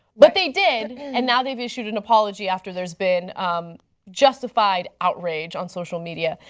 but they did and now they have issued an apology after there has been justified outrage on social media.